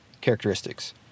characteristics